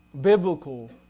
biblical